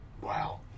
Wow